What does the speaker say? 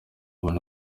abona